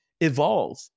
Evolve